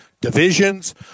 divisions